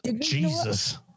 Jesus